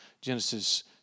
Genesis